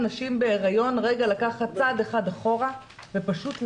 נשים בהריון רגע לקחת צעד אחד אחורה ופשוט לנוח,